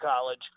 College